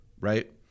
Right